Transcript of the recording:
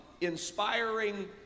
inspiring